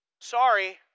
Sorry